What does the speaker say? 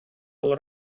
all